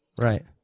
Right